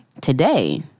today